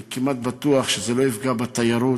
אני כמעט בטוח שזה לא יפגע בתיירות.